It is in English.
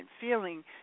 feeling